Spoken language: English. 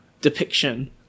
depiction